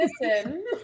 listen